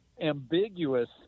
ambiguous